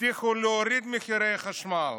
הבטיחו להוריד את מחירי החשמל,